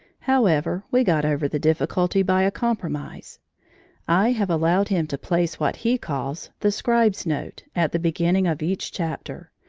however, we got over the difficulty by a compromise i have allowed him to place what he calls the scribe's note at the beginning of each chapter,